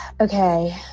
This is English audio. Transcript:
Okay